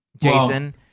Jason